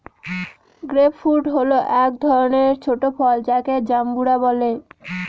grape fruit হল এক ধরনের ছোট ফল যাকে জাম্বুরা বলে